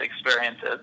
experiences